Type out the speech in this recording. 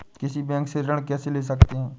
किसी बैंक से ऋण कैसे ले सकते हैं?